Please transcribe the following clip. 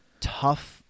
tough